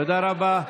תודה רבה.